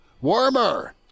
Warmer